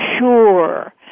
sure